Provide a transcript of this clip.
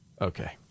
Okay